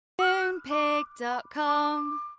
Moonpig.com